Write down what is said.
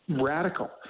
radical